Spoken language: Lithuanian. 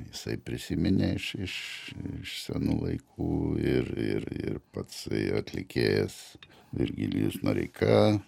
jisai prisiminė iš iš iš senų laikų ir ir ir pats atlikėjas virgilijus noreika